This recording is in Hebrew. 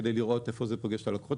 כדי לראות איפה זה פוגש את הלקוחות